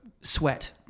sweat